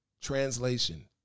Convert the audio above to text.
translation